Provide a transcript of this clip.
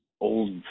old